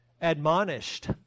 admonished